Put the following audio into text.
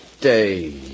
Day